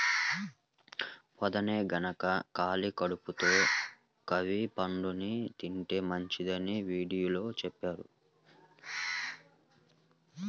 పొద్దన్నే గనక ఖాళీ కడుపుతో కివీ పండుని తింటే మంచిదని వీడియోలో చెప్పారు